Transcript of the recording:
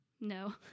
no